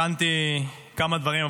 הכנתי כמה דברים,